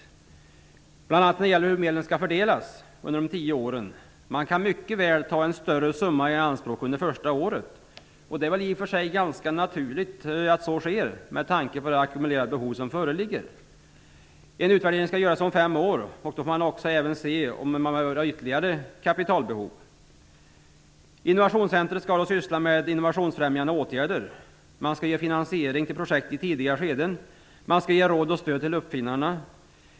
När det gäller bl.a. hur medlen skall fördelas under de tio åren kan man mycket väl ta en större summa i anspråk under det första året. Det är i och för sig ganska naturligt att så sker, med tanke på det ackumulerade behov som föreligger. En utvärdering skall göras om fem år. Då får man se om det finns ytterligare kapitalbehov. Innovationscentrum skall syssla med innovationsfrämjande åtgärder. Man skall ge finansiering till projekt i tidiga skeden och ge råd och stöd till uppfinnarna.